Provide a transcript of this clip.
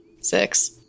six